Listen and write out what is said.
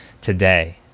today